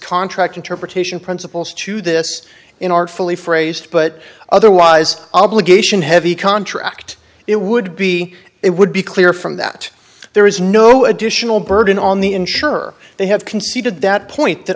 interpretation principles to this in artfully phrased but otherwise obligation heavy contract it would be it would be clear from that there is no additional burden on the insurer they have conceded that point th